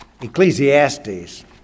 Ecclesiastes